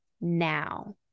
now